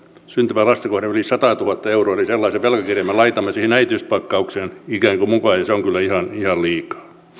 syntyvää lasta kohden yli satatuhatta euroa eli sellaisen velkakirjan me laitamme siihen äitiyspakkaukseen ikään kuin mukaan ja se on kyllä ihan ihan liikaa